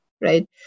right